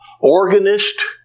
organist